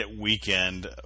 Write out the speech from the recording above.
weekend